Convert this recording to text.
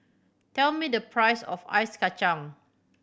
tell me the price of ice kacang